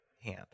hand